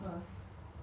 small